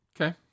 Okay